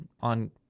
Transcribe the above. on